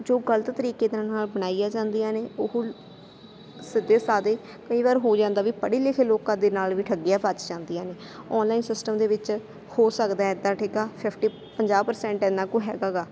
ਜੋ ਗਲਤ ਤਰੀਕੇ ਨਾਲ ਬਣਾਈਆ ਜਾਂਦੀਆਂ ਨੇ ਉਹ ਸਿੱਧੇ ਸਾਧੇ ਕਈ ਵਾਰ ਹੋ ਜਾਂਦਾ ਵੀ ਪੜ੍ਹੇ ਲਿਖੇ ਲੋਕਾਂ ਦੇ ਨਾਲ ਵੀ ਠੱਗੀਆਂ ਵੱਜ ਜਾਂਦੀਆਂ ਨੇ ਆਨਲਾਈਨ ਸਿਸਟਮ ਦੇ ਵਿੱਚ ਹੋ ਸਕਦਾ ਇੱਦਾਂ ਠੀਕ ਆ ਫਿਫਟੀ ਪੰਜਾਹ ਪ੍ਰਸੈਂਟ ਇੰਨਾ ਕੁ ਹੈਗਾ ਗਾ